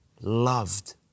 loved